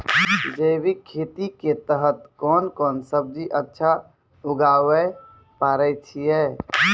जैविक खेती के तहत कोंन कोंन सब्जी अच्छा उगावय पारे छिय?